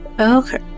okay